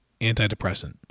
antidepressant